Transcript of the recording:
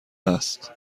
است